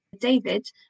David